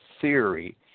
theory